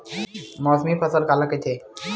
मौसमी फसल काला कइथे?